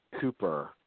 Cooper